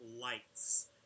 lights